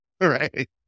right